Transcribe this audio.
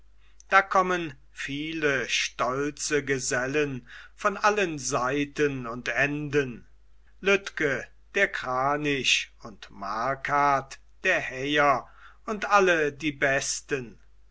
da kommen viele stolze gesellen von allen seiten und enden lütke der kranich und markart der häher und alle die besten